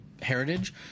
heritage